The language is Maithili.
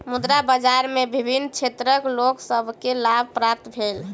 मुद्रा बाजार में विभिन्न क्षेत्रक लोक सभ के लाभ प्राप्त भेल